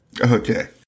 Okay